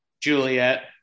Juliet